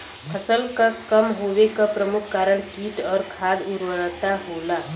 फसल क कम होवे क प्रमुख कारण कीट और खाद उर्वरता होला